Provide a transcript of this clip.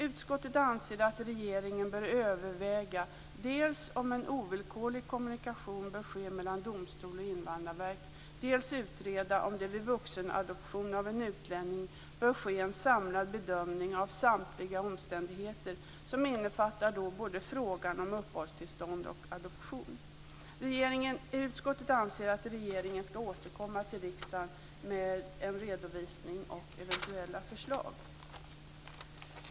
Utskottet anser att regeringen bör överväga dels om en ovillkorlig kommunikation bör ske mellan domstolar och Invandrarverket, dels utreda om det vid vuxenadoption av en utlänning bör ske en samlad bedömning av samtliga omständigheter som innefattar både frågan om uppehållstillstånd och adoption. Utskottet anser att regeringen skall återkomma till riksdagen med en redovisning och eventuella förslag.